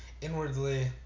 inwardly